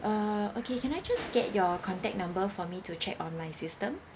uh okay can I just get your contact number for me to check on my system